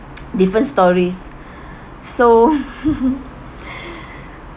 different stories so